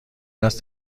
است